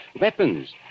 weapons